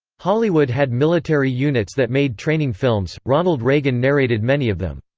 hollywood had military units that made training films ronald reagan narrated many of them.